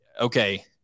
okay